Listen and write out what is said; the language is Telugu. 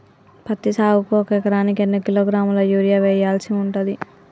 పత్తి సాగుకు ఒక ఎకరానికి ఎన్ని కిలోగ్రాముల యూరియా వెయ్యాల్సి ఉంటది?